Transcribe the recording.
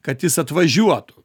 kad jis atvažiuotų